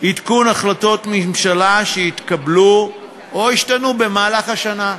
עדכון החלטות ממשלה שהתקבלו או השתנו במהלך השנה.